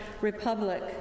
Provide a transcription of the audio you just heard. Republic